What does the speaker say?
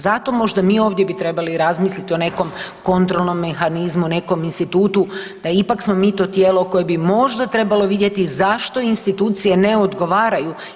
Zato možda mi ovdje bi trebali razmisliti o nekom kontrolnom mehanizmu, nekom institutu da ipak smo mi to tijelo koje bi možda trebalo vidjeti zašto institucije ne odgovaraju.